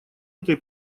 этой